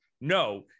No